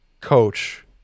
coach